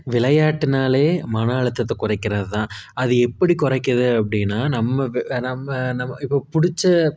விளையாட்டுன்னாலே மன அழுத்தத்தை குறைக்கிறதுதான் அது எப்படி குறைக்குது அப்படின்னா நம்ம ப நம்ம நம்ம இப்போ பிடிச்ச